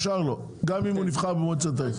השאר לא גם אם הוא נבחר במועצת העיר,